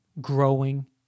growing